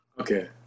Okay